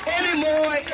anymore